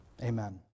Amen